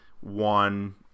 one